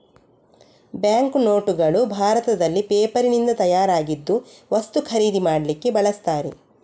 bank ನೋಟುಗಳು ಭಾರತದಲ್ಲಿ ಪೇಪರಿನಿಂದ ತಯಾರಾಗಿದ್ದು ವಸ್ತು ಖರೀದಿ ಮಾಡ್ಲಿಕ್ಕೆ ಬಳಸ್ತಾರೆ